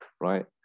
right